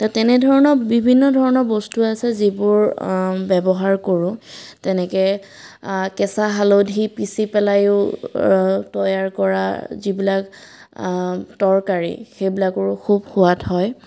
তো তেনে ধৰণৰ বিভিন্ন ধৰণৰ বস্তু আছে যিবোৰ ব্যৱহাৰ কৰোঁ তেনেকৈ কেঁচা হালধি পিচি পেলায়ো তৈয়াৰ কৰা যিবিলাক তৰকাৰি সেইবিলাকৰো খুব সোৱাদ হয়